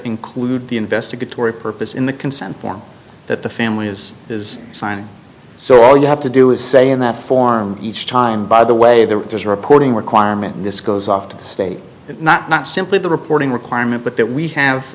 include the investigatory purpose in the consent form that the family is is signing so all you have to do is say in that form each time by the way there is a reporting requirement and this goes off to state that not not simply the reporting requirement but that we have